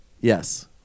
yes